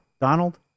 Donald